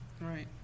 Right